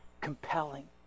compelling